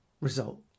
result